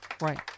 Right